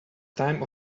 time